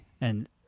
And-